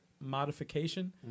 modification